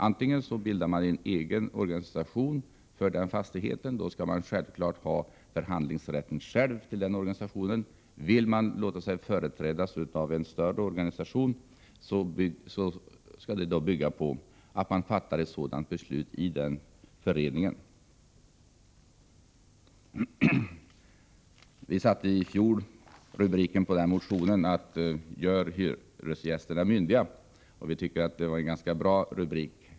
De kan välja att bilda en egen organisation för sin fastighet, och då skall de naturligtvis själva ha förhandlingsrätten i organisationen, men om de vill låta sig företrädas av en större organisation skall detta bygga på att man inom den aktuella föreningen fattar ett sådant beslut. I fjol var rubriken på vår motion ”Gör hyresgästerna myndiga!”. Vi tycker att det var en bra rubrik.